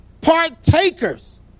partakers